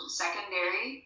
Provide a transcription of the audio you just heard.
secondary